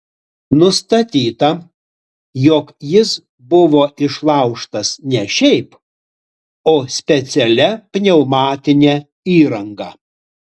nustatyta jog jis buvo išlaužtas ne šiaip o specialia pneumatine įranga